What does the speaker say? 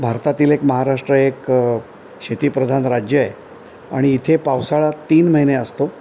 भारतातील एक महाराष्ट्र एक शेतीप्रधान राज्य आहे आणि इथे पावसाळा तीन महिने असतो